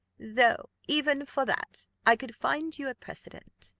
though even for that i could find you a precedent.